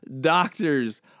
doctors